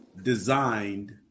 Designed